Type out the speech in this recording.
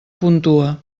puntua